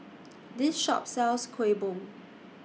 This Shop sells Kuih Bom